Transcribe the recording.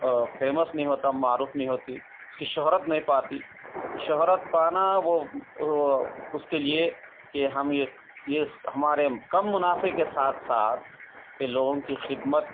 famous نہیں ہوتا معروف نہیں ہوتی اس کی شہرت نہیں پاتی شہرت پانا وہ وہ اس کے لیے کہ ہم یہ یہ ہمارے کم منافع کے ساتھ ساتھ ان لوگوں کی خدمت